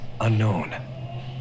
Unknown